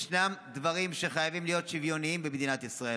ישנם דברים שחייבים להיות שוויוניים במדינת ישראל.